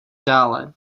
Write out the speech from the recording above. dále